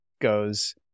goes